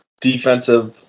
defensive